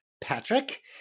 Patrick